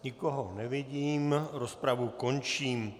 Nikoho nevidím, rozpravu končím.